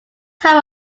type